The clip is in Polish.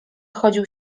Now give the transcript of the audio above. chodził